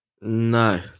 No